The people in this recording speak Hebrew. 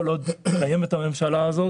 כל עוד קיימת הממשלה הזאת.